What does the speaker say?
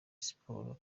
siporo